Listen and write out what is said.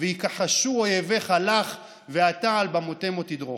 "ויִכחשו אויביך לך ואתה על במותימו תדרֹך".